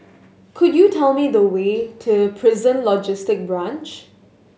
could you tell me the way to Prison Logistic Branch